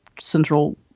central